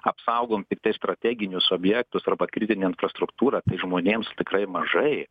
apsaugom tiktai strateginius objektus arba kritinę infrastruktūrą žmonėms tikrai mažai